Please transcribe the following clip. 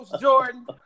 jordan